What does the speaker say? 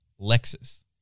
Lexus